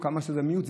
או כמה שזה מיעוט,